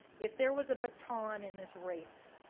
if there was a baton in this race,